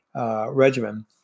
regimen